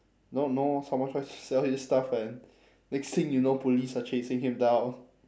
I don't know someone tries to sell you stuff and next thing you know police are chasing him down